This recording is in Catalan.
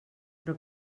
però